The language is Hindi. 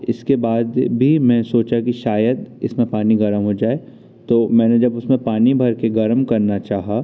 इसके बाद भी मैं सोचा कि शायद इसमें पानी गर्म हो जाए तो मैंने जब उसमें पानी भर कर गर्म करना चाहा